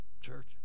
Church